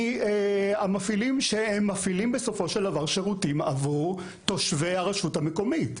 מהמפעילים שמפעילים בסופו של דבר שירותים עבור תושבי הרשות המקומית.